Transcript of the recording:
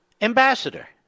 Ambassador